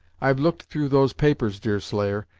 i've look'd through those papers, deerslayer,